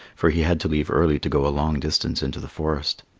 for he had to leave early to go a long distance into the forest.